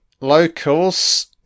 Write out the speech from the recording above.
Locals